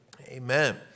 Amen